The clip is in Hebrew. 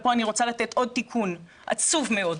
ופה אני רוצה לתת עוד תיקון עצוב מאוד,